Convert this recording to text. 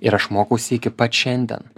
ir aš mokausi iki pat šiandien